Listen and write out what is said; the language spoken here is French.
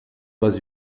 pas